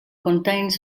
contains